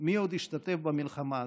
ומי עוד השתתף במלחמה הזו.